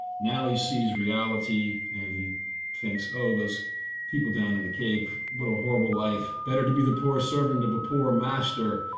now he sees reality. and he thinks, oh, those people down in the cave, what a horrible life. better to be the poor servant of a poor master,